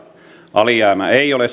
alijäämä ei ole